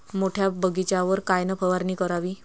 मोठ्या बगीचावर कायन फवारनी करावी?